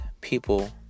people